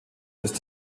ist